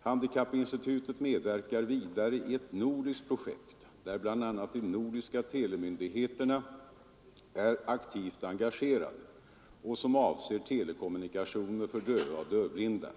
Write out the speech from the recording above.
Handikappinstitutet medverkar vidare i ett nordiskt projekt, där bl.a. de nordiska telemyndigheterna är aktivt engagerade och som avser telekommunikationer för döva och dövblinda.